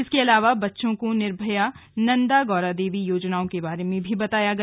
इसके अलावा बच्चों को निर्भया नन्दा गौरादेवी योजनाओं के बारे में बताया गया